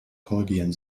korrigieren